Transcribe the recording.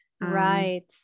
Right